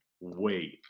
wait